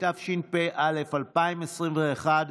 התשפ"א 2021,